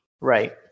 Right